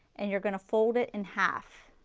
and you're going to fold it in half.